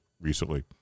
recently